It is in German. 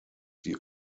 die